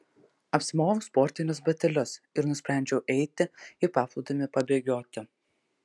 apsiaviau sportinius batelius ir nusprendžiau eiti į paplūdimį pabėgioti